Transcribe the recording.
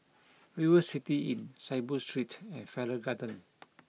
River City Inn Saiboo Street and Farrer Garden